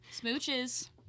Smooches